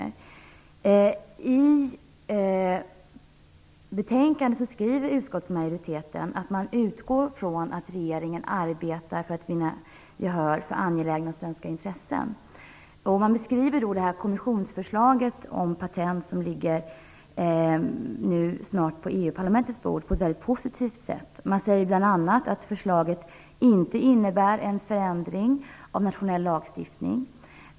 I betänkandet skriver utskottsmajoriteten att man utgår från att regeringen arbetar för att vinna gehör för angelägna svenska intressen. Man beskriver det kommissionsförslag om patent som snart ligger på EU-parlamentets bord på ett mycket positivt sätt. Man säger bl.a. att förslaget inte innebär en förändring av nationell lagstiftning.